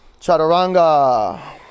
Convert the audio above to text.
chaturanga